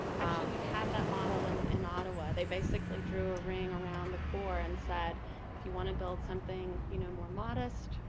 we have that model and in ottawa. they basically drew a ring around the core and said if you want to build something you know more modest,